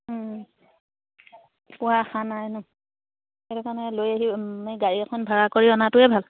ন সেইটো কাৰণে লৈ আহি আমি গাড়ী এখন ভাড়া কৰি অনাটোৱে ভাল